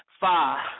five